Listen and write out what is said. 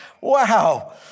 Wow